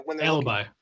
Alibi